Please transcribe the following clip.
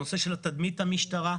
הנושא של תדמית המשטרה.